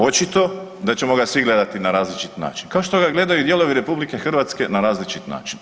Očito da ćemo ga svi gledati na različiti način, kao što ga gledaju i dijelovi RH na različite načine.